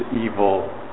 evil